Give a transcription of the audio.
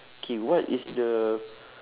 okay what is the